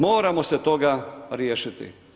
Moramo se toga riješiti.